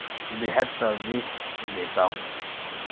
بےحد ترجیح دیتا ہوں